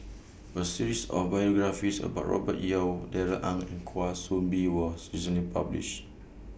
A series of biographies about Robert Yeo Darrell Ang and Kwa Soon Bee was recently published